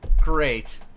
Great